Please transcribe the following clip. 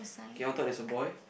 okay on top there's a boy